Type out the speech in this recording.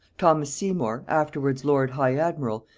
thomas seymour, afterwards lord high-admiral,